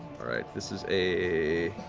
this is a